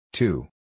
Two